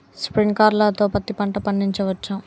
Sprinkler తో పత్తి పంట పండించవచ్చా?